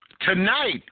tonight